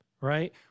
right